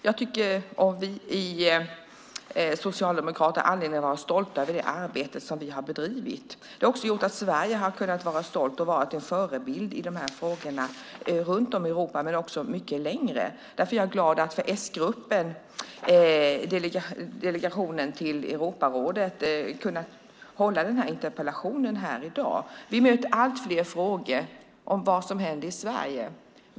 Jag tycker att vi socialdemokrater har anledning att vara stolta över det arbete som vi har utfört. Det har gjort att Sverige har kunnat vara stolt och vara en förebild i dessa frågor i Europa och världen. Därför är jag glad att som representant för s-gruppen i Sveriges delegation till Europarådet kunna ha denna interpellationsdebatt i dag. Vi möter allt fler frågor om vad som händer i Sverige.